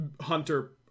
hunter